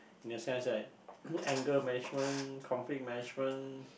in the sense that anger management conflict management